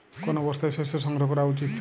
কোন অবস্থায় শস্য সংগ্রহ করা উচিৎ?